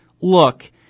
Look